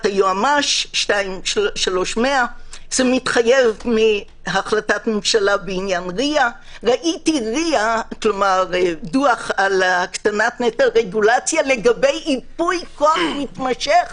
היועמ"ש 23/100. זה מתחייב מהחלטת ממשלה בעניין RIA. ראיתי דוח על הקטנת נטל רגולציה לגבי ייפוי כוח מתמשך